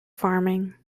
farming